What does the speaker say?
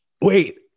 Wait